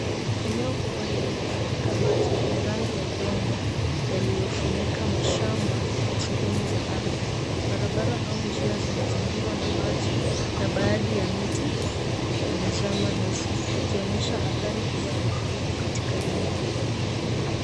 Eneo kubwa lililofurika maji yenye rangi ya udongo yaliyofunika mashamba na sehemu za ardhi barabara au njia zimezingirwa na maji na baadhi ya miti imezama nusu ikionyesha athari kubwa ya mafuriko katika eneo hilo.